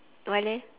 why leh